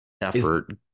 effort